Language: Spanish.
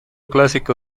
clásico